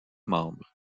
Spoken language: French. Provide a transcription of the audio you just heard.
membre